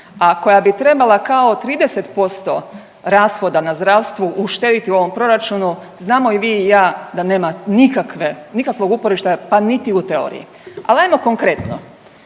koja bi trebala kao 30% rashoda na zdravstvu uštedjeti na ovom proračunu, znamo i vi i ja da nema nikakve, nikakvog uporišta, pa niti u teoriji. Al ajmo konkretno.